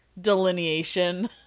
delineation